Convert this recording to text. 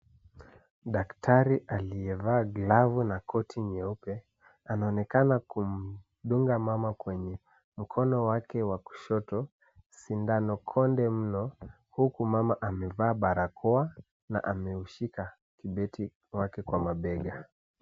Daktari aliyevaa glavu na koti nyeupe, anaonekana kumdunga mama kwenye mkono wake wa kushoto sindano konde mno huku mama amevaa barakoa na ameushika kibeti wake kwa mabega.